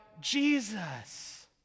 Jesus